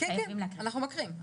אנחנו מקריאים,